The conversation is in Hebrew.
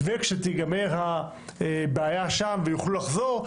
וכשתיגמר הבעיה שם ויוכלו לחזור,